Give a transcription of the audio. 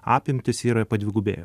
apimtis yra padvigubėję